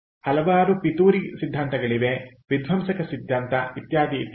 ಹಲವಾರು ಪಿತೂರಿ ಸಿದ್ಧಾಂತಗಳಿವೆ ವಿಧ್ವಂಸಕ ಸಿದ್ಧಾಂತ ಇತ್ಯಾದಿ ಇತ್ಯಾದಿ ಇತ್ಯಾದಿ